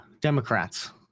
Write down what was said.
Democrats